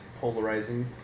polarizing